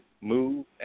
move